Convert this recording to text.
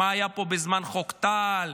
מה היה פה בזמן חוק טל,